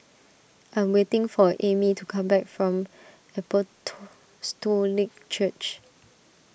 I am waiting for Ammie to come back from Church